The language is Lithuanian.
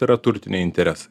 yra turtiniai interesai